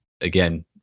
again